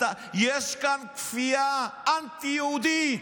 יש כאן כפייה אנטי-יהודית.